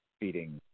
feeding